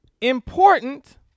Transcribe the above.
important